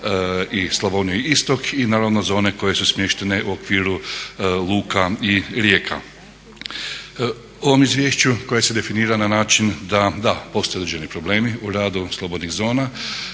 i Slavonije istok i naravno zone koje su smještene u okviru luka i rijeka. U ovom izvješću koje se definira na način da, da postoje određeni problemi u radu slobodnih zona